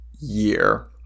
year